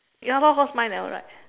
ya lor cause mine never write